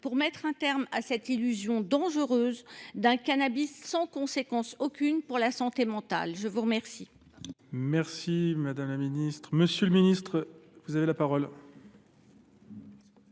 pour mettre un terme à cette illusion dangereuse d’un cannabis sans conséquence aucune pour la santé mentale ? Bravo ! La parole